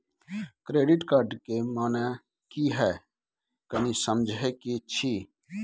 Credit card के माने की हैं, कनी समझे कि छि?